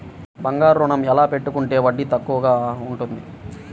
బంగారు ఋణం ఎలా పెట్టుకుంటే వడ్డీ తక్కువ ఉంటుంది?